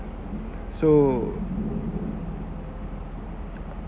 so